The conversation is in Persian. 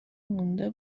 مونده